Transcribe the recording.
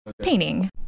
painting